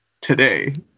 today